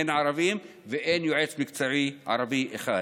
אין ערבים ואין יועץ מקצועי ערבי אחד.